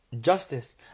justice